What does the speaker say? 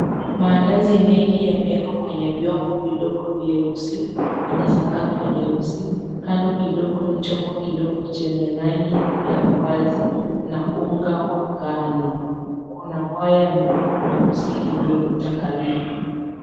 Maandazi mengi yamewekwa kwenye vyombo vidogo vieusi kwenye sakafu nyeusi. Kando kidogo ni chombo kidogo chenye rangi ya uwazi na unga wa ngano. Kuna waya ndogo nyeusi iliyopita karibu.